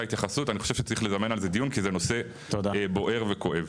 התייחסות אני חושב שצריך לזמן על זה דיון כי זה נושא בוער וכואב.